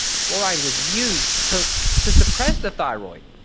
fluoride was used to to suppress the thyroid.